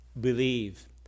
believe